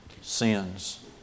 sins